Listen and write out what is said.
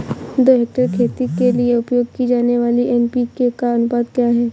दो हेक्टेयर खेती के लिए उपयोग की जाने वाली एन.पी.के का अनुपात क्या है?